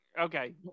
okay